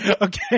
Okay